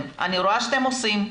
אני רואה שאתם עושים,